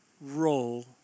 role